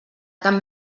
tan